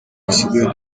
dusigaye